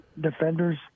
defenders